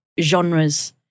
genres